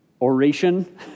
oration